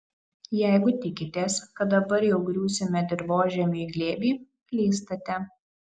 jeigu tikitės kad dabar jau griūsime dirvožemiui į glėbį klystate